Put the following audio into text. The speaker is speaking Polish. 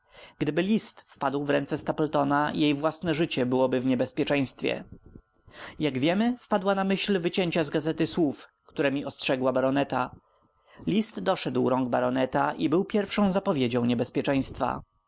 gdyby list wpadł w ręce stapletona jej własne życie byłoby w niebezpieczeństwie jak wiemy wpadła na myśl wycięcia z gazety słów któremi ostrzegała baroneta list doszedł rąk baroneta i był pierwsza zapowiedzią niebezpieczeństwa